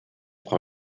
frau